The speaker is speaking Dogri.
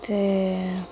ते